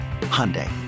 Hyundai